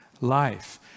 life